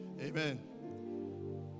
Amen